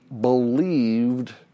believed